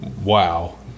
wow